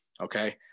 okay